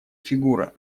фигура